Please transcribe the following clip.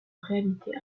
réalité